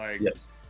Yes